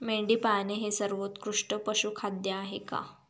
मेंढी पाळणे हे सर्वोत्कृष्ट पशुखाद्य आहे का?